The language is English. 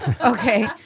Okay